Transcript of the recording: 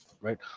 right